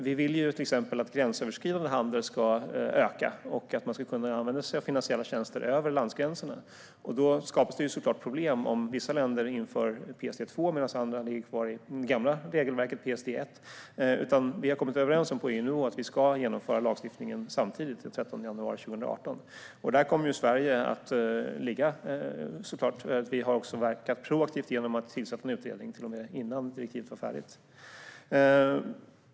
Vi vill till exempel att gränsöverskridande handel ska öka och att man ska kunna använda sig av finansiella tjänster över landgränserna. Då skapas det såklart problem om vissa länder inför PSD2 medan andra ligger kvar i det gamla regelverket, PSD1. Vi har kommit överens om på EU-nivå att vi ska genomföra lagstiftningen samtidigt den 13 januari 2018. I Sverige har vi verkat proaktivt genom att tillsätta en utredning, till och med innan direktivet var färdigt.